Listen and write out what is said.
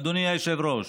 אדוני היושב-ראש,